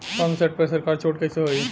Pump set पर सरकार छूट कईसे होई?